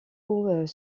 haut